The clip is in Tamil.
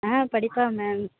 ஆ படிப்பான் மேம்